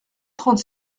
trente